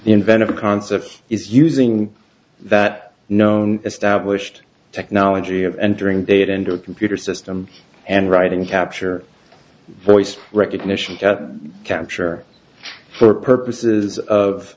inventive concept is using that known established technology of entering data into a computer system and writing capture voice recognition capture for purposes of